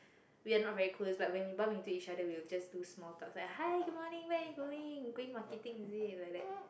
we're not very close but when we bump into each other we will just do small talk like hi good morning where are you going going marketing is it like that